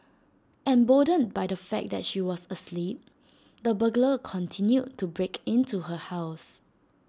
emboldened by the fact that she was asleep the burglar continued to break into her house